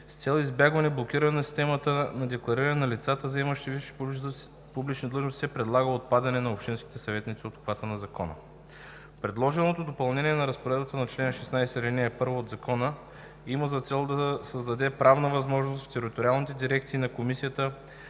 С цел избягване блокиране системата на деклариране на лицата, заемащи висши публични длъжности, се предлага отпадане на общинските съветници от обхвата на Закона. Предложеното допълнение на разпоредбата на чл. 16, ал. 1 от Закона има за цел да създаде правна възможност в териториалните дирекции на Комисията